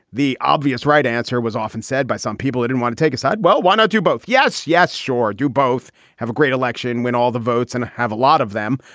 the obvious right answer was often said by some people didn't want to take a side. well, why not do both? yes. yes, sure. do both have a great election when all the votes and have a lot of them?